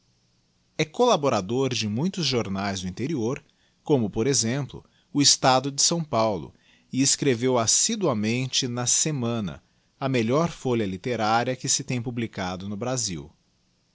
e collaborador de muitos jornaes do interior como por exemplo o estado de s paulo e escreveu assiduamente tca semana a melhor folha literária que se tem publicado no brasil